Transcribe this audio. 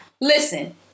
Listen